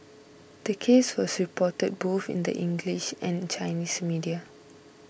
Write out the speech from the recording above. the case was reported both in the English and Chinese media